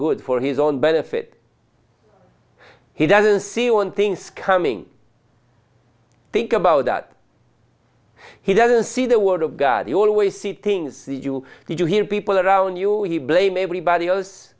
good for his own benefit he doesn't see on things coming think about that he doesn't see the word of god you always see things you did you hear people around you he blame everybody else